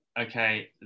okay